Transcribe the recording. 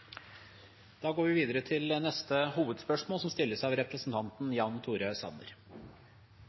går videre til neste hovedspørsmål.